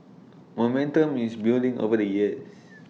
momentum is building over the years